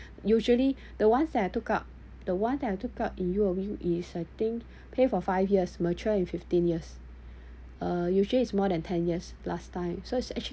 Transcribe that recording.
usually the ones that I took up the one that I took up in U_O_B is I think pay for five years mature in fifteen years uh usually is more than ten years last time so is actually